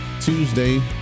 Tuesday